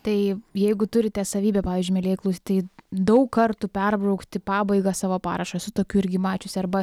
tai jeigu turite savybę pavyzdžiui mielieji klausytojai daug kartų perbraukti pabaigą savo parašą esu tokių irgi mačiusi arba